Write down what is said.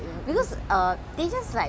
shouldn't it be the other way round like